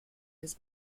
his